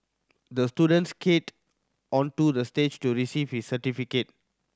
the student skated onto the stage to receive his certificate